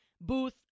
booth